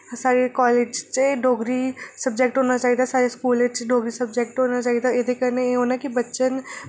होनी चाहिदी साढ़े कॉलेज च गै डोगरी सब्जैक्ट होना चाहिदा साढ़े स्कूल च डोगरी सब्जैक्ट होना चाहिदा ते एह्दे कन्नै एह् होना चाहिदा कि बच्चें